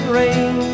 rain